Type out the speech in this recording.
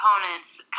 components